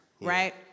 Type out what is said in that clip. right